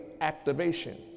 activation